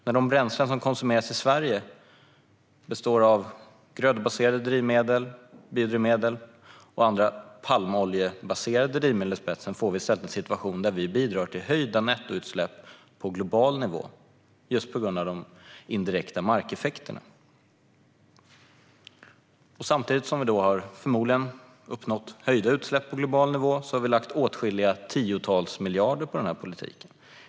När de bränslen som konsumeras i Sverige består av grödobaserade biodrivmedel och andra palmoljebaserade drivmedel i spetsen får vi i stället en situation där vi bidrar till höjda nettoutsläpp på global nivå just på grund av de indirekta markeffekterna. Samtidigt som vi förmodligen har uppnått ökade utsläpp på global nivå har vi lagt åtskilliga tiotals miljarder på denna politik.